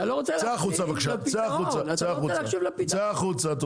צא החוצה בבקשה --- אתה לא מקשיב לפתרון --- צא החוצה בבקשה.